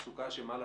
בתעשייה.